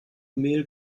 mehl